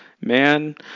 Man